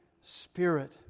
Spirit